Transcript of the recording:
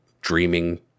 dreaming